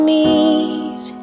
need